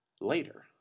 Later